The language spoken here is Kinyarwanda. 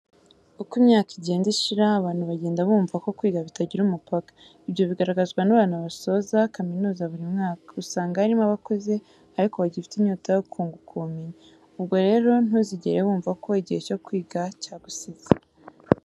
Uko imyaka igenda ishira, abantu bagenda bumva ko kwiga bitagira umupaka. Ibyo bigaragazwa n'abantu basoza kaminuza buri mwaka. Usanga harimo abakuze ariko bagifite inyota yo kunguka ubumenyi. Ubwo rero ntuzigere wumva ko igihe cyo kwiga cyagusize.